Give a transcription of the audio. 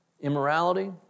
immorality